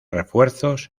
refuerzos